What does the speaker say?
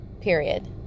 Period